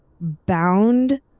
bound